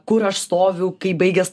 kur aš stoviu kai baigias